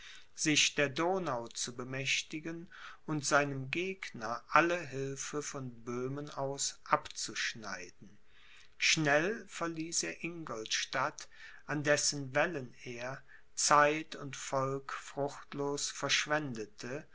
sich der donau zu bemächtigen und seinem gegner alle hilfe von böhmen aus abzuschneiden schnell verließ er ingolstadt an dessen wällen er zeit und volk fruchtlos verschwendete